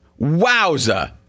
wowza